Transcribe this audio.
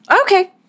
Okay